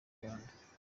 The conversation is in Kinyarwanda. rwanda